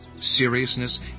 seriousness